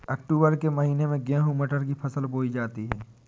अक्टूबर के महीना में गेहूँ मटर की फसल बोई जाती है